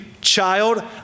child